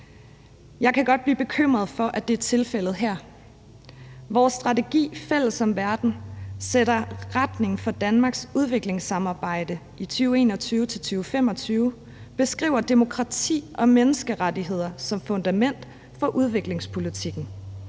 Jeg kan godt blive bekymret for, om det er tilfældet her. Vores strategi »Fælles om Verden« sætter retningen for Danmarks udviklingssamarbejde i 2021-2025 og beskriver demokrati og menneskerettigheder som fundamentet for udviklingspolitikken.